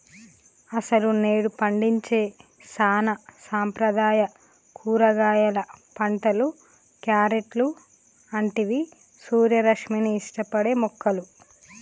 అసలు నేడు పండించే సానా సాంప్రదాయ కూరగాయలు పంటలు, క్యారెట్లు అంటివి సూర్యరశ్మిని ఇష్టపడే మొక్కలు